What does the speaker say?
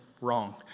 wrong